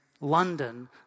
London